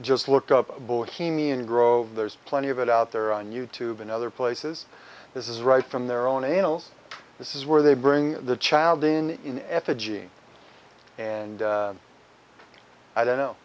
just look up bohemian grove there's plenty of it out there on youtube and other places this is right from their own annals this is where they bring the child in in effigy and i don't know